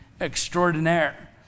extraordinaire